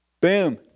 Boom